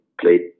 played